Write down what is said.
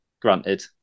granted